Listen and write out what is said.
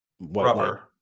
Rubber